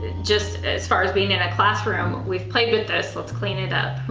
just as far as being in a classroom, we've played with this, let's clean it up.